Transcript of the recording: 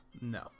no